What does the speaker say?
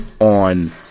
on